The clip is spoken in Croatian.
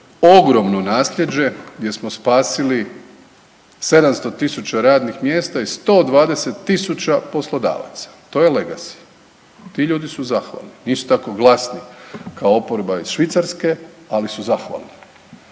ogromno naslijeđe gdje smo spasili 700 000 radnih mjesta i 120 000 poslodavaca. To je legasy. Ti ljudi su zahvalni, nisu tako glasni kao oporba iz Švicarske, ali su zahvalni.